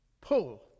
pull